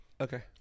Okay